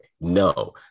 No